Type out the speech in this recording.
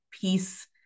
peace